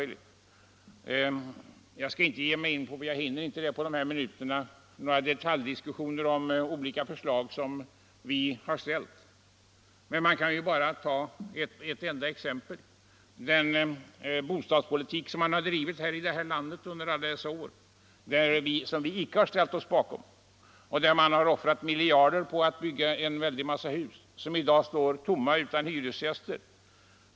Jag hinner inte på dessa minuter gå in på detaljdiskussioner om olika förslag som vi har ställt, men jag kan ta ett enda exempel: den bostadspolitik som har drivits här i landet under alla dessa år, som vi inte ställt oss bakom, där man offrat miljarder på att bygga en massa hus som i dag står tomma utan hyresgäster.